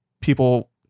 people